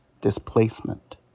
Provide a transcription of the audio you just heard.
displacement